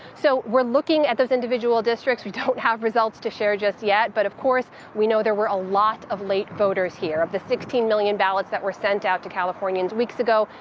so, we're looking at those individual districts. we don't have results to share just yet. but, of course, we know there were a lot of late voters here. of the sixteen million ballots that were sent out to californians weeks ago,